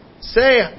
say